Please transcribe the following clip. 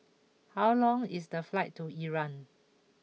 how long is the flight to Iran